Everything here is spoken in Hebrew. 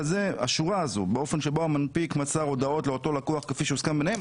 שהשורה הזאת באופן שבו המנפיק מסר הודעות לאותו לקוח כפי שהוסכם ביניהם,